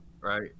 right